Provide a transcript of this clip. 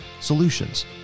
solutions